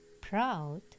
proud